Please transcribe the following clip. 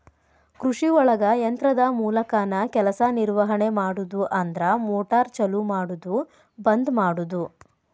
ಕೃಷಿಒಳಗ ಯಂತ್ರದ ಮೂಲಕಾನ ಕೆಲಸಾ ನಿರ್ವಹಣೆ ಮಾಡುದು ಅಂದ್ರ ಮೋಟಾರ್ ಚಲು ಮಾಡುದು ಬಂದ ಮಾಡುದು